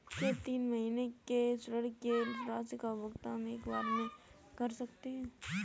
क्या तीन महीने के ऋण की राशि का भुगतान एक बार में कर सकते हैं?